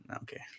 Okay